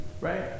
right